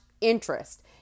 interest